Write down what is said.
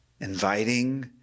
inviting